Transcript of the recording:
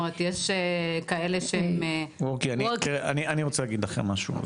יש כאלה ש- -- אני רוצה להגיד לכם משהו.